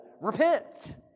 repent